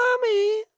Mommy